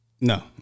No